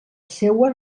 seua